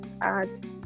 add